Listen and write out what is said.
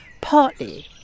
partly